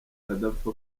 adapfa